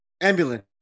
ambulance